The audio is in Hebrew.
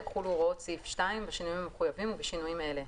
יחולו הוראות סעיף 2 בשינויים המחויבים ובשינויים אלה: